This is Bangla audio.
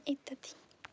ইত্যাদি